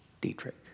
Dietrich